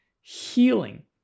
healing